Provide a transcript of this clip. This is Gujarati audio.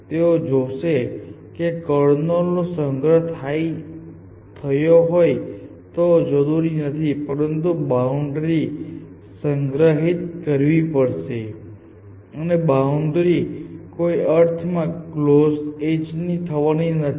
તેઓ જોશે કે કર્નલ નો સંગ્રહ થાય હોય તે જરૂરી નથી પરંતુ બાઉન્ડ્રી સંગ્રહિત કરવી પડશે અને બાઉન્ડ્રી કોઈક અર્થમાં કલોઝ ની એજ થવાની છે